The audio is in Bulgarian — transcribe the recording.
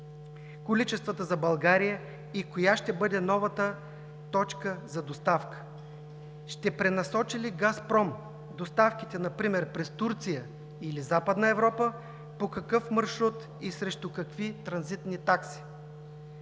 количествата за България и коя ще бъде новата точка за доставка. Ще пренасочи ли „Газпром“ доставките например през Турция или Западна Европа, по какъв маршрут и срещу какви транзитни такси?